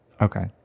Okay